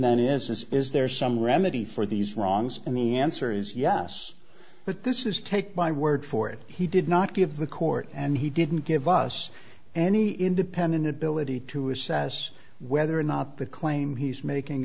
then is is is there some remedy for these wrongs and the answer is yes but this is take my word for it he did not give the court and he didn't give us any independent ability to assess whether or not the claim he's making